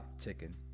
Chicken